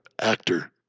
actor